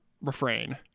refrain